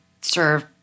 serve